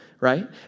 Right